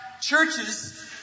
churches